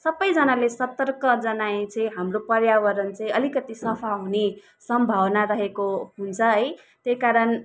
सबैजनाले सतर्क जनाए चाहिँ हाम्रो पर्यावरण चाहिँ अलिकति सफा हुने सम्भावना रहेको हुन्छ है त्यही कारण